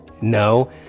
No